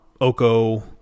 Oko